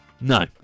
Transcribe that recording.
No